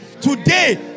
today